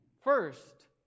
first